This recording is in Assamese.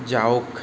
যাওক